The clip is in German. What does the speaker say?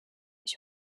ich